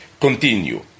continue